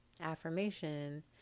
affirmation